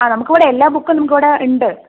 ആ നമുക്കിവിടെ എല്ലാ ബുക്കും നമുക്കിവിടെ ഉണ്ട്